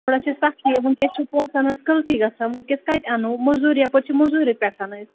تھوڑا چھِ سختی ؤنکٮ۪س چھِ پونٛسَن ہٕنٛز قلتی گژھان ؤنکٮ۪س کَتہِ اَنو موٚزوٗرۍ یَپٲرۍ چھِ موٚزوٗرِ پٮ۪ٹھ أسۍ